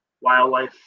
Wildlife